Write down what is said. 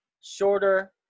shorter